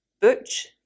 butch